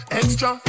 extra